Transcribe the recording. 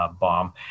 bomb